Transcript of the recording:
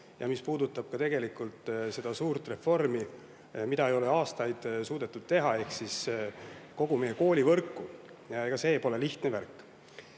ja mis puudutab tegelikult seda suurt reformi, mida ei ole aastaid suudetud teha, ehk siis kogu meie koolivõrku. Ja ega see pole lihtne värk.